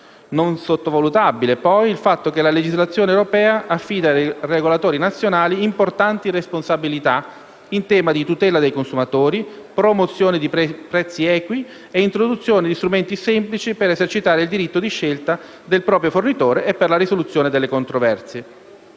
Non sottovalutabile, poi, il fatto che la legislazione europea affida ai regolatori nazionali importanti responsabilità in tema di tutela dei consumatori, promozione di prezzi equi e introduzione di strumenti semplici per esercitare il diritto di scelta del proprio fornitore e per la risoluzione delle controversie.